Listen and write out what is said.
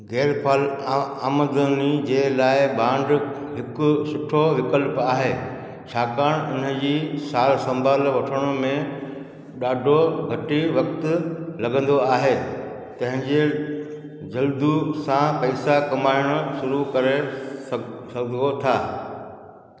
गै़र फ़ाल आ आमदनी जे लाइ बांड हिकु सुठो विकल्पु आहे छाकाणि उनजी सार संभालु वठण में डा॒ढो घटि वक़्ति लगं॒दो आहे तहिंजे जल्द सां पैसा कमाइणु शुरू करे सघो था